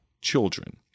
children